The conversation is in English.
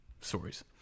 stories